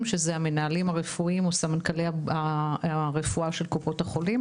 שאלו המנהלים הרפואיים או סמנכ"לי הרפואה של קופות החולים